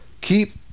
Keep